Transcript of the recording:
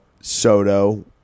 Soto